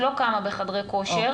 לא כמה בחדרי כושר,